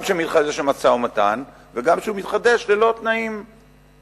גם שהמשא-ומתן מתחדש וגם שהוא מתחדש ללא תנאים מוקדמים.